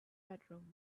bedroom